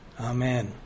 Amen